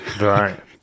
Right